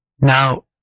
Now